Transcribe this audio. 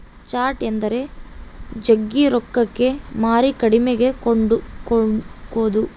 short ಎಂದರೆ ಜಗ್ಗಿ ರೊಕ್ಕಕ್ಕೆ ಮಾರಿ ಕಡಿಮೆಗೆ ಕೊಂಡುಕೊದು